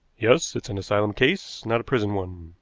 yes, it's an asylum case, not a prison one,